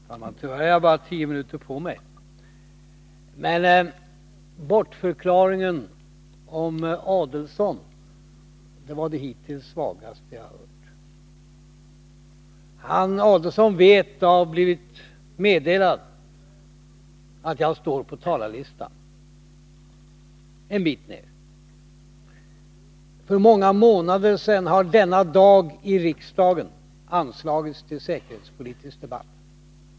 Herr talman! Tyvärr har jag bara tio minuter på mig. Bortförklaringen om Ulf Adelsohn var det svagaste jag hittills har hört. Ulf Adelsohn har blivit meddelad att jag står på talarlistan, en bit ner. För många månader sedan anslogs denna dag i riksdagen till utrikesoch handelspolitisk debatt.